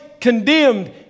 condemned